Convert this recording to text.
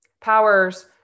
power's